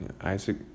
Isaac